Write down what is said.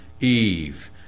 Eve